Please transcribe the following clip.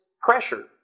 pressure